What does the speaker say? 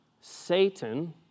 Satan